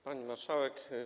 Pani Marszałek!